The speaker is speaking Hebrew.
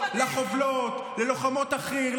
לחובלות ללוחמות החי"ר,